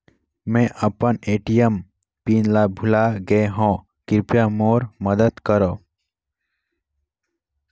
मैं अपन ATM PIN ल भुला गे हवों, कृपया मोर मदद करव